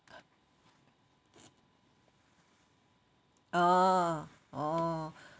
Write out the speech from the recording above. ah oh